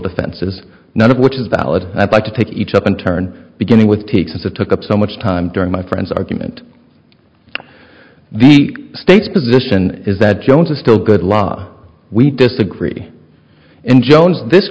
defenses none of which is valid and i'd like to take each up in turn beginning with take since it took up so much time during my friend's argument the state's position is that jones is still good law we disagree and jones this